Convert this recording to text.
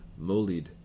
Molid